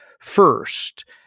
first